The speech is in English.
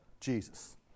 Jesus